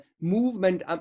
movement